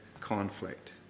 conflict